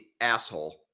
asshole